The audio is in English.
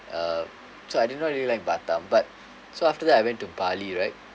uh so I didn't really like batam but so after that I went to bali right